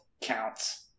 counts